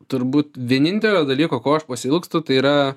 turbūt vienintelio dalyko ko aš pasiilgstu tai yra